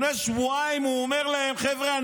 לפני שבועיים הוא אומר להם: חבר'ה,